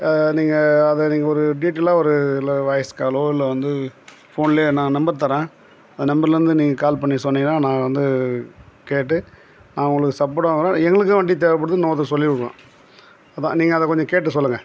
நீங்கள் அதை நீங்கள் ஒரு டீட்டெயலா ஒரு இல்லை வாய்ஸ் காலோ இல்லை வந்து ஃபோன்லேயே நான் நம்பர் தர்றேன் அந்த நம்பர்லேருந்து நீங்கள் கால் பண்ணி சொன்னீங்கன்னா நான் வந்து கேட்டு நான் உங்களுக்கு சப்போர்ட் வாங்குறேன் எங்களுக்கும் வண்டி தேவைப்படுது இன்னொருத்தரை சொல்லி விட்லாம் அதான் நீங்கள் அதை கொஞ்சம் கேட்டு சொல்லுங்கள்